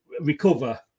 recover